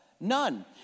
None